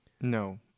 No